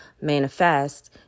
manifest